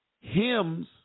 hymns